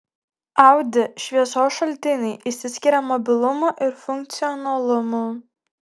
audi šviesos šaltiniai išsiskiria mobilumu ir funkcionalumu